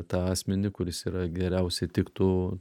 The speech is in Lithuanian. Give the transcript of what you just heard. tą asmenį kuris yra geriausiai tiktų